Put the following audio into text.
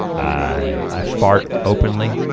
i fart openly.